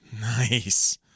Nice